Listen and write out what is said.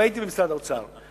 הייתי במשרד האוצר,